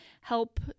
help